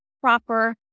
proper